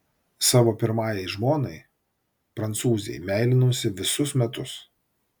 savo pirmajai žmonai prancūzei meilinausi visus metus